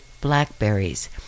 BlackBerries